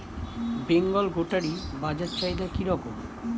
বেঙ্গল গোটারি বাজার চাহিদা কি রকম?